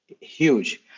huge